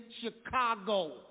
Chicago